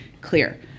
clear